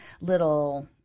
little